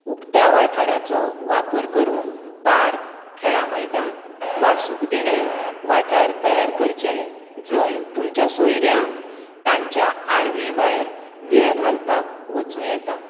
उक्त्या वाठाराचो वापर करून पार्क खेळां मैदान वा सुखदिणें वाठार तयार करचे जंय तुमच्या सोयऱ्यांक तांच्या आरव्ही भायर वेळ घालपाक वचूं येता